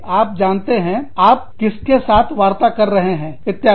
आप जानते हैं आप किसके साथ वार्ता कर रहे हैं इत्यादि